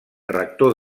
rector